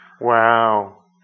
Wow